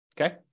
Okay